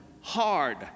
hard